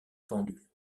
pendule